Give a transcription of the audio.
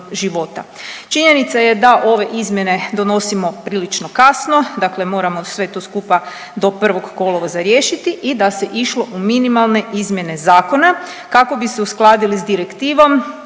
života. Činjenica je da ove izmjene donosimo prilično kasno, dakle moramo sve to skupa do 1. kolovoza riješiti i da se išlo u minimalne izmjene zakona kako bi se uskladili s Direktivom